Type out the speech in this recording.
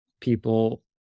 people